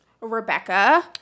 Rebecca